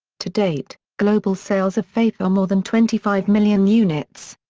to date, global sales of faith are more than twenty five million units.